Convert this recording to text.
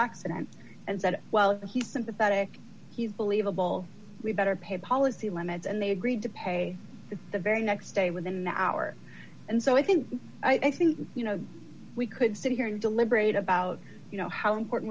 accident and said well he's sympathetic he's believable we'd better pay policy limits and they agreed to pay the very next day within the hour and so i think i think you know we could sit here and deliberate about you know how important